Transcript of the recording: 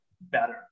better